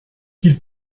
qu’il